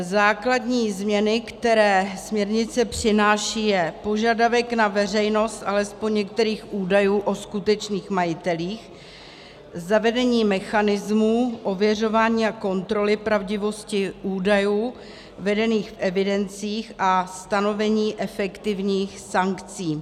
Základní změny, které směrnice přináší, je požadavek na veřejnost alespoň některých údajů o skutečných majitelích, zavedení mechanismu ověřování a kontroly pravdivosti údajů vedených v evidencích a stanovení efektivních sankcí.